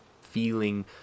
feeling